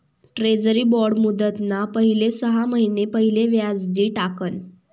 treasury bond मुदतना पहिले सहा महिना पहिले व्याज दि टाकण